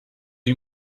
you